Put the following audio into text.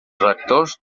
rectors